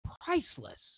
priceless